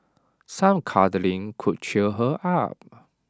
some cuddling could cheer her up